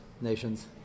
nations